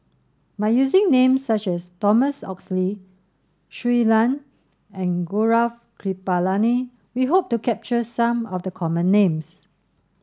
by using names such as Thomas Oxley Shui Lan and Gaurav Kripalani we hope to capture some of the common names